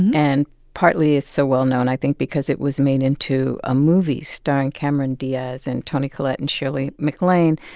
and partly it's so well known, i think, because it was made into a movie starring cameron diaz and toni collette and shirley maclaine,